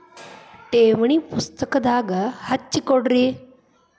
ಠೇವಣಿ ಪುಸ್ತಕದಾಗ ಹಚ್ಚಿ ಕೊಡ್ರಿ